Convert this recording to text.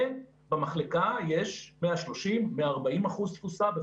ובמחלקה יש 130% 140% תפוסה,